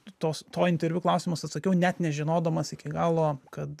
tos to interviu klausimus atsakiau net nežinodamas iki galo kad